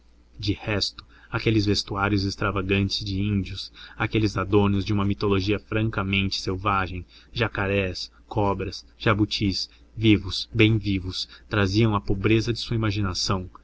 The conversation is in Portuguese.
de resto aqueles vestuários extravagantes de índios aqueles adornos de uma mitologia francamente selvagem jacarés cobras jabutis vivos bem vivos traziam à pobreza de sua imaginação